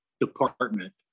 department